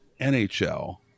NHL